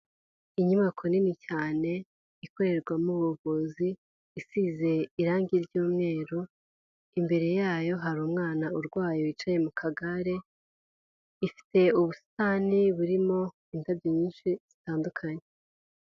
Inyubako nini cyane ikorerwamo ubuvuzi isize irangi ry'umweru, imbere yayo hari umwana urwaye wicaye mu kagare, ifite ubusitani burimo indabyo nyinshi zitandukanye.